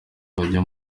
bajya